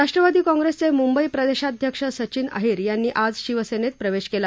राष्ट्रवादी काँग्रेसचे मुंबई प्रदेशाध्यक्ष सचिन अहिर यांनी आज शिवसेनेत प्रवेश केला